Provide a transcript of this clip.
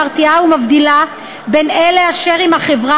מרתיעה ומבדילה בין אלה אשר עם החברה